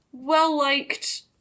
well-liked